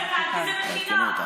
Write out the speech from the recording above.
זה לא בסדר, לא בסדר.